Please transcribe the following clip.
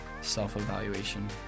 self-evaluation